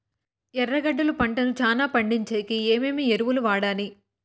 ఎర్రగడ్డలు పంటను చానా పండించేకి ఏమేమి ఎరువులని వాడాలి?